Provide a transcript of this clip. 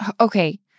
okay